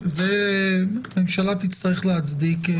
הממשלה תצטרך להצדיק.